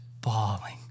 bawling